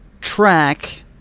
track